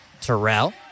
Terrell